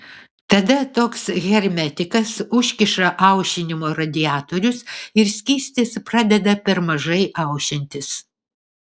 tada toks hermetikas užkiša aušinimo radiatorius ir skystis pradeda per mažai aušintis